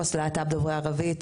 עו״ס להט״ב דוברי ערבית,